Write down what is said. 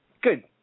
Good